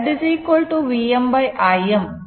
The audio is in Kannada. ZVm Im v i ಎಂದು ಬರೆಯಬಹುದು